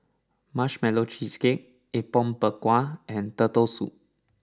Marshmallow Cheesecake Apom Berkuah and Turtle Soup